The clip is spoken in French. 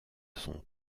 son